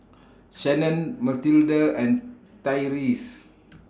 Shannon Mathilde and Tyreese